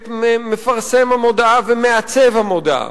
את מפרסם המודעה ומעצב המודעה,